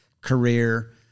career